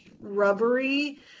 rubbery